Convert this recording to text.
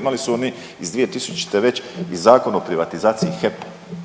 Imali su oni iz 2000. već i Zakon o privatizaciji HEP-a